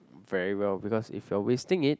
very well because if you're wasting it